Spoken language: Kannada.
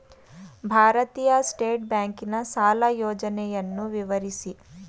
ಭಾರತೀಯ ಸ್ಟೇಟ್ ಬ್ಯಾಂಕಿನ ಸಾಲ ಯೋಜನೆಯನ್ನು ವಿವರಿಸಿ?